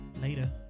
later